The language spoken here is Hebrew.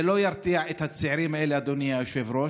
זה לא ירתיע את הצעירים האלה, אדוני היושב-ראש.